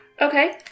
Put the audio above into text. Okay